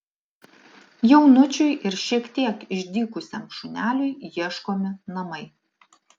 jaunučiui ir šiek tiek išdykusiam šuneliui ieškomi namai